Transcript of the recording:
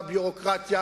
בביורוקרטיה,